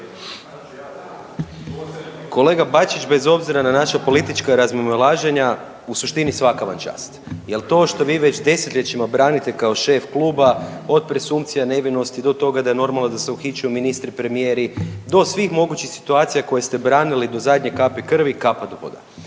Kolega Bačić, bez obzira na naša politička razmimoilaženja, u suštini, svaka vam čast jer to što vi već desetljećima branite kao šef kluba od presumpcija nevinosti do toga da je normalno da se uhićuju ministri, premijeri, do svih mogućih situacija koje ste branili do zadnje kapi krvi, kapa do poda.